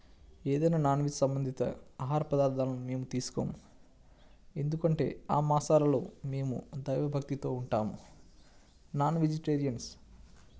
ఏదైనా non veg సంబంధిత ఆహార పదార్థాలు మేము తీసుకోము ఎందుకంటే ఆ మాసాలలో మేము దైవభక్తితో ఉంటాము నాన్ వెజిటేరియన్స్